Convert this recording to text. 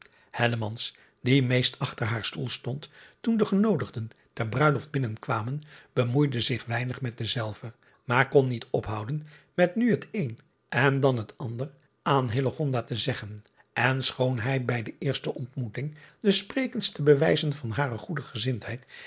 die meest achter haar stoel stond toen de genoodigden ter bruiloft binnenkwamen bemoeide zich weinig met dezelve maar kon niet ophouden met nu het een en dan het ander aan te zeggen en schoon hij bij de eerste ontmoeting de sprekendste bewijzen van hare goede gezindheid